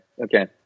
okay